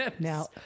now